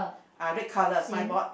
are red colour signboard